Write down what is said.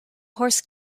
horse